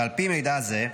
ועל פי מידע זה,